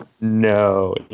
No